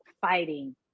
fighting